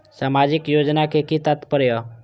सामाजिक योजना के कि तात्पर्य?